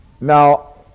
Now